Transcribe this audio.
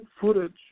footage